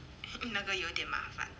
那个有一点麻烦